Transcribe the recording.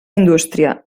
indústria